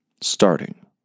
starting